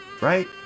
right